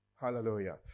Hallelujah